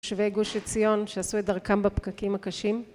יושבי גושי עציון שעשו את דרכם בפקקים הקשים